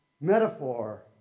metaphor